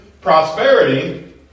prosperity